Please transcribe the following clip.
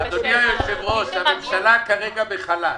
אדוני היושב-ראש, הממשלה כרגע בחל"ת.